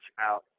out